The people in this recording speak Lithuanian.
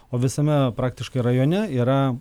o visame praktiškai rajone yra